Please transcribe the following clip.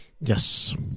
Yes